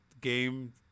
game